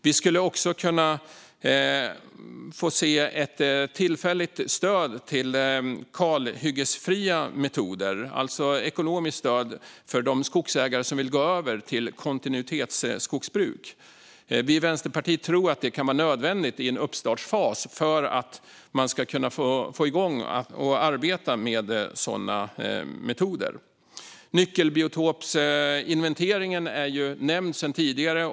Vi skulle också kunna få se ett tillfälligt stöd för kalhyggesfria metoder, alltså ekonomiskt stöd för de skogsägare som vill gå över till kontinuitetsskogsbruk. Vi i Vänsterpartiet tror att det kan vara nödvändigt i en uppstartsfas för att man ska kunna få igång ett arbete med sådana metoder. Nyckelbiotopsinventeringen har nämnts tidigare.